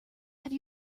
have